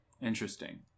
interesting